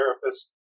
therapist